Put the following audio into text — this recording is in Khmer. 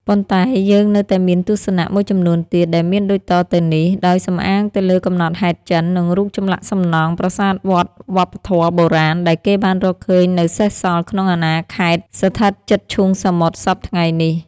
ប៉ុន្តែយើងនៅតែមានទស្សនៈ មួយចំនួនទៀត ដែលមានដូចតទៅនេះ ដោយសំអាងទៅលើកំណត់ហេតុចិន និងរូបចម្លាក់សំណង់ ប្រាសាទវត្តវប្បធម៌បុរាណ ដែលគេបានរកឃើញនៅសេសសល់ក្នុងអាណាខេត្តស្ថិតជិតឈូងសមុទ្រសព្វថ្ងៃនេះ។